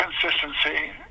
consistency